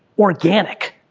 organic,